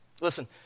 listen